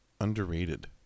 underrated